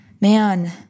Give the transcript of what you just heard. Man